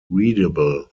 readable